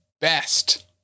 best